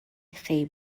chi